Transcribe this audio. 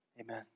Amen